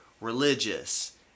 religious